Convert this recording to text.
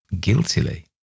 guiltily